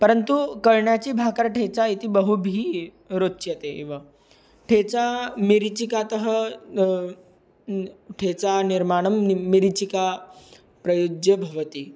परन्तु कर्णची भाकर् ठेचा इति बहुभिः रोचते एव ठेचा मरीचिकातः ठेचा निर्माणं मरीचिका प्रयुज्य भवति